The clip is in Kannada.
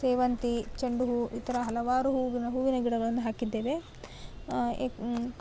ಸೇವಂತಿ ಚೆಂಡು ಹೂವು ಈ ಥರ ಹಲವಾರು ಹೂವಿನ ಹೂವಿನ ಗಿಡಗಳನ್ನು ಹಾಕಿದ್ದೇವೆ ಯಾಕೆ